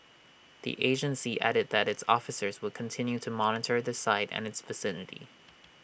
the agency added that its officers will continue to monitor the site and its vicinity